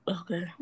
Okay